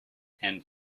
and